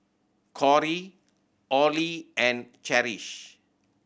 Corry Orley and Cherish